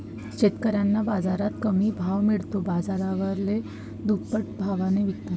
शेतकऱ्यांना बाजारात कमी भाव मिळतो, बाजारवाले दुप्पट भावाने विकतात